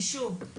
כי שוב,